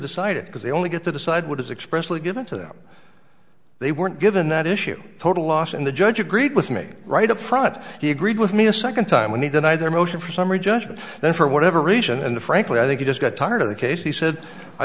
decide it because they only get to decide what is expressively given to them they weren't given that issue total loss and the judge agreed with me right up front he agreed with me a second time when they denied their motion for summary judgment then for whatever reason and the frankly i think i just got tired of the case he said i